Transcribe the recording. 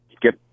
get